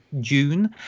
June